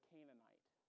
Canaanite